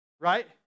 Right